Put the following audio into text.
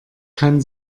kann